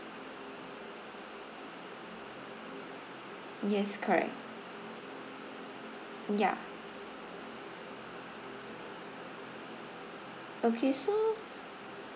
yes correct ya okay so